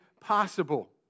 possible